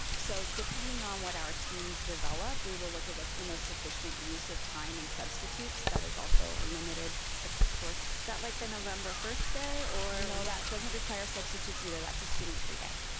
so depending on what ours teams develop, we will look at what's the most efficient use of time and substitutes that is also a limited so source. that like the november first day or? no that doesn't require substitutes either, that's a student free day.